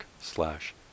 slash